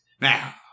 Now